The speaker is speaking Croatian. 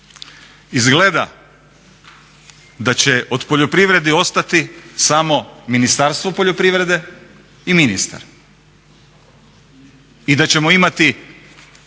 Izgleda da će od poljoprivrede ostati samo Ministarstvo poljoprivrede i ministar i da ćemo imati